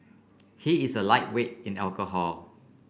he is a lightweight in alcohol